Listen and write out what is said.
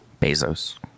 bezos